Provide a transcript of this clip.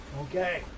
Okay